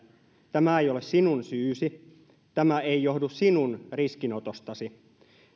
tämä ei ole sinun syysi tämä ei johdu sinun riskinotostasi